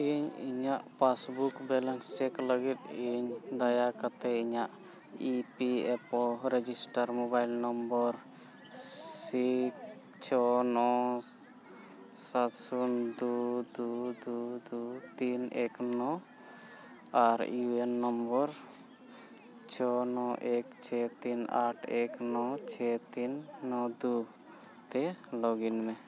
ᱤᱧ ᱤᱧᱟᱹᱜ ᱞᱟᱹᱜᱤᱫ ᱤᱧ ᱫᱟᱭᱟ ᱠᱟᱛᱮᱫ ᱤᱧᱟᱹᱜ ᱥᱤᱠᱥ ᱪᱷᱚ ᱱᱚ ᱥᱟᱛ ᱥᱩᱱ ᱫᱩ ᱫᱩ ᱫᱩ ᱛᱤᱱ ᱮᱠ ᱱᱚ ᱟᱨ ᱪᱷᱚ ᱱᱚ ᱮᱠ ᱪᱷᱮ ᱛᱤᱱ ᱟᱴ ᱮᱠ ᱱᱚ ᱪᱷᱚ ᱛᱤᱱ ᱱᱚ ᱫᱩ ᱛᱮ ᱢᱮ